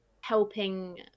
helping